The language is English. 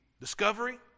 discovery